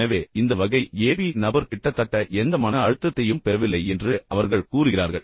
எனவே இந்த வகை ஏபி நபர் கிட்டத்தட்ட எந்த மன அழுத்தத்தையும் பெறவில்லை என்று அவர்கள் கூறுகிறார்கள்